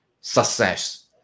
success